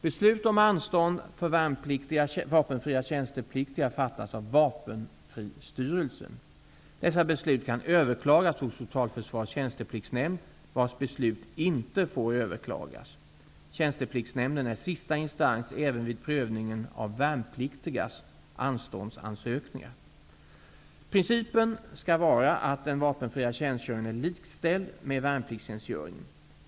Beslut om anstånd för vapenfria tjänstepliktiga fattas av Vapenfristyrelsen. Dessa beslut kan överklagas hos Totalförsvarets tjänstepliktsnämnd, vars beslut inte får överklagas. Tjänstepliktsnämnden är sista instans även vid prövningen av värnpliktigas anståndsansökningar. Principen skall vara att den vapenfria tjänstgöringen är likställd med värnpliktstjänstgöringen.